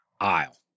aisle